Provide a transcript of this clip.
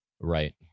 Right